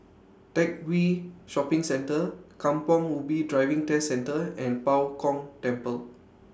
Teck Whye Shopping Centre Kampong Ubi Driving Test Centre and Bao Gong Temple